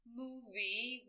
movie